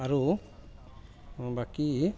আৰু বাকী